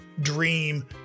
dream